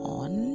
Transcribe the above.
on